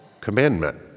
commandment